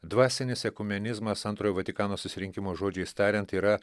dvasinis ekumenizmas antrojo vatikano susirinkimo žodžiais tariant yra